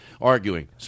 arguing